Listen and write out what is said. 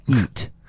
eat